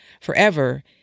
forever